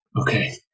Okay